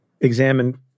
examine